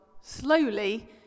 slowly